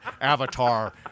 Avatar